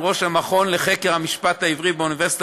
שהוא ראש המכון לחקר המשפט העברי באוניברסיטה